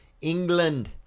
England